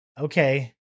Okay